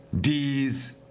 D's